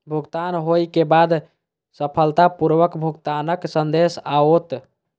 भुगतान होइ के बाद सफलतापूर्वक भुगतानक संदेश आओत